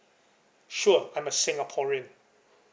sure I'm a singaporean